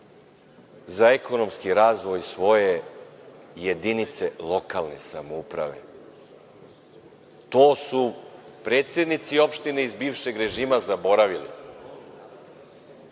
za ekonomski razvoj svoje jedinice lokalne samouprave. To su predsednici opština iz bivšeg režima zaboravili.